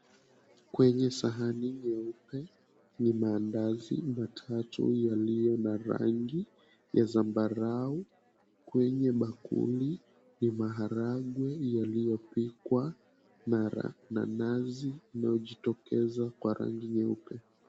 Kwenye sahani nyeupe ni mandazi matatu yaliyo na rangi ya zambarau. Kwenye bakuli ni maharagwe yaliyopikwa na nazi inayojitokeza kwa rangi nyeupe.